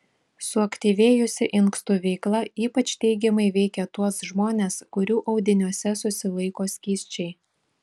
suaktyvėjusi inkstų veikla ypač teigiamai veikia tuos žmones kurių audiniuose susilaiko skysčiai